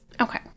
Okay